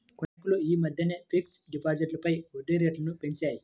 కొన్ని బ్యేంకులు యీ మద్దెనే ఫిక్స్డ్ డిపాజిట్లపై వడ్డీరేట్లను పెంచాయి